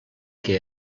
que